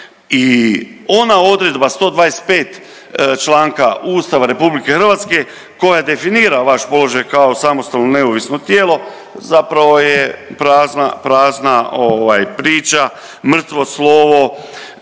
I ona odredba 125 članka Ustava Republike Hrvatske koja definira vaš položaj kao samostalno, neovisno tijelo zapravo je prazna priča, mrtvo slovo.